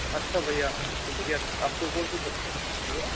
अच्छा भैया तो भैया आपको कौनसी सब्ज़ी चाहिए